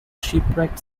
shipwrecked